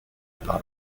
par